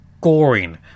Goring